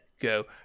go